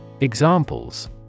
Examples